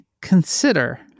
consider